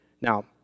Now